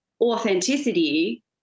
authenticity